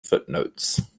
footnotes